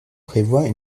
prévoient